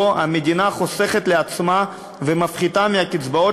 שבו המדינה חוסכת לעצמה ומפחיתה מהקצבאות